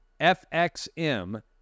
FXM